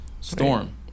storm